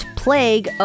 plague